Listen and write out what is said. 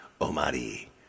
Omari